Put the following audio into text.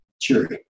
cheery